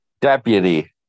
Deputy